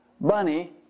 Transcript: bunny